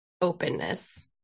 openness